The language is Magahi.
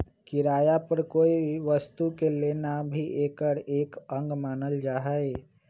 किराया पर कोई वस्तु के लेना भी एकर एक अंग मानल जाहई